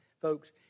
folks